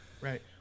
right